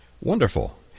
Wonderful